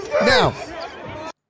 Now